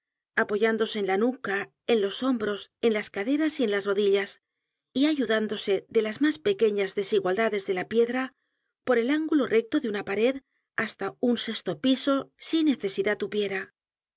apoyándose en la nuca en los hombros en las caderas y en las rodelas y ayudándose de las mas pequeñas desigualdades de la piedra por el ángulo recto de una pared hasta un scsto piso si necesidad hubiera